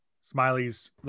Smiley's